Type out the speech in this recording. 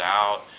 out